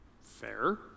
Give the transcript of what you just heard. Fair